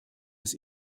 des